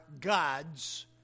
God's